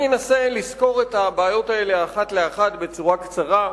אני אנסה לסקור את הבעיות האלה אחת לאחת בקצרה,